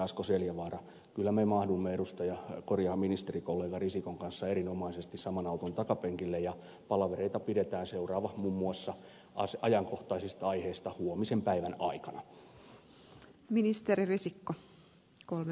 asko seljavaara kyllä me mahdumme ministerikollega risikon kanssa erinomaisesti saman auton takapenkille ja palavereita pidetään seuraava muun muassa ajankohtaisista aiheista huomisen päivän aikana